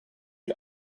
had